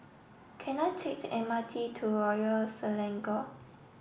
can I take the M R T to Royal Selangor